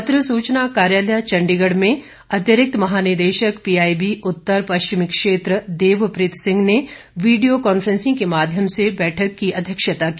पत्र सूचना कार्यालय चण्डीगढ़ में अतिरिक्त महानिदेशक पीआईबी उत्तर पश्चिम क्षेत्र देव प्रीत सिंह ने वीडियो कॉन्फ्रेंसिंग के माध्यम से बैठक की अध्यक्षता की